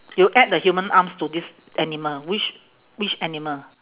you add the human arms to this animal which which animal